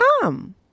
come